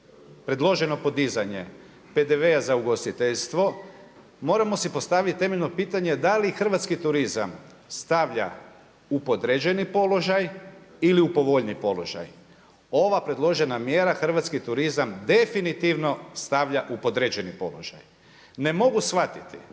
predloženo podizanje PDV-a za ugostiteljstvo moramo si postaviti temeljno pitanje da li hrvatski turizam stavlja u podređeni položaj ili u povoljniji položaj? Ova predložena mjera hrvatski turizam definitivno stavlja u podređeni položaj. Ne mogu shvatiti